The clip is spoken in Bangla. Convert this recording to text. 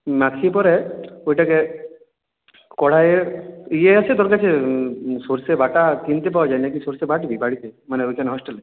মাখিয়ে পরে ওটাকে কড়াইয়ের ইয়ে আছে তোর কাছে সরষে বাটা কিনতে পাওয়া যায় নাকি সরষে বাটবি বাড়িতে মানে ওইখানে হস্টেলে